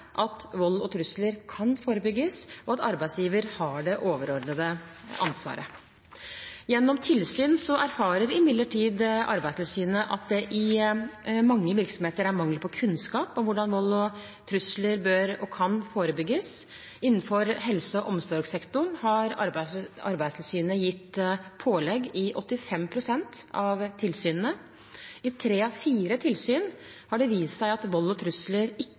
at vold og trusler kan forebygges, og at arbeidsgiveren har det overordnede ansvaret. Gjennom tilsyn erfarer imidlertid Arbeidstilsynet at det i mange virksomheter er mangel på kunnskap om hvordan vold og trusler bør og kan forebygges. Innenfor helse- og omsorgssektoren har Arbeidstilsynet gitt pålegg i 85 pst. av tilsynene. I tre av fire tilsyn har det vist seg at vold og trusler ikke forebygges i